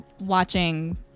watching